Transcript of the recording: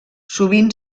sovint